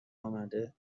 آمده